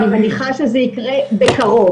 אני מניחה שזה יקרה בקרוב.